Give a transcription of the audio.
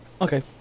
Okay